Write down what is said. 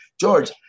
George